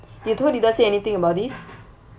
did your tour leader say anything about this